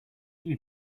you